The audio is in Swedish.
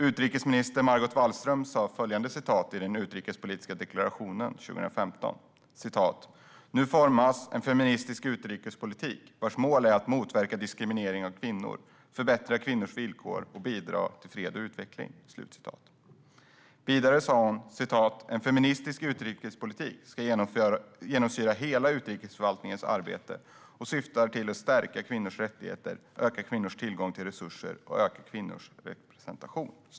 Utrikesminister Margot Wallström sa följande i den utrikespolitiska deklarationen 2015: "Nu formas en feministisk utrikespolitik vars mål är att motverka diskriminering av kvinnor, förbättra kvinnors villkor samt bidra till fred och utveckling." Vidare sa hon: "En feministisk utrikespolitik ska genomsyra hela utrikesförvaltningens arbete och syftar till att stärka kvinnors rättigheter, öka kvinnors tillgång till resurser och öka kvinnors representation."